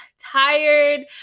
tired